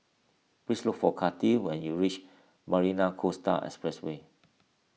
please look for Kattie when you reach Marina Coastal Expressway